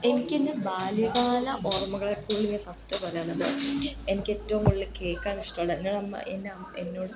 എനിക്കെൻ്റെ ബാല്യകാല ഓർമ്മകളെക്കുറിച്ച് ഫസ്റ്റ് പറയണത് എനിക്ക് ഏറ്റവും കൂടുതൽ കേൾക്കാനിഷ്ട്ടമുള്ള ഞാൻ അമ്മ എന്ന എന്നോട്